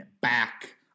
back